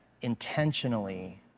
intentionally